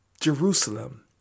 Jerusalem